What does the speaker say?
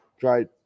Great